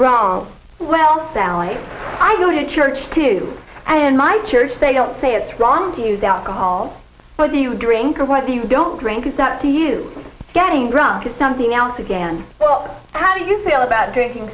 wrong well sally i go to church too and my church they don't say it's wrong to use alcohol but do you drink or what do you don't drink is up to you getting drunk is something else again how do you feel about drinking